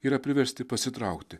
yra priversti pasitraukti